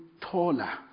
taller